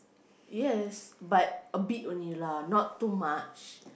yes but a bit only lah not too much